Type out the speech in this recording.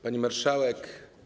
Pani Marszałek!